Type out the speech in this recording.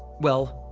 well,